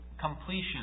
completion